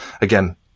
Again